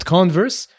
Converse